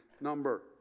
number